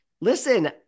Listen